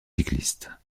cycliste